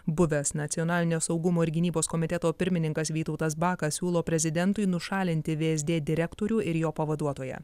buvęs nacionalinio saugumo ir gynybos komiteto pirmininkas vytautas bakas siūlo prezidentui nušalinti vsd direktorių ir jo pavaduotoją